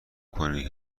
کنید